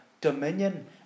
dominion